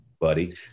buddy